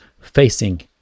facing